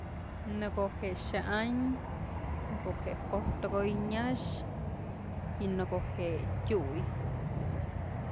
Në ko'o je'e xa'an, ko'o je'e po'oj tëkoy nyax, y në ko'o je'e tyuy.